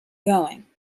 going